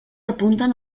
apunten